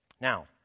Now